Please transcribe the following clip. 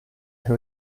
who